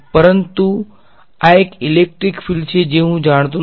પરંતુ આ એક ઇલેક્ટ્રિક ફિલ્ડ છે જે હું જાણતો નથી